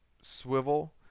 swivel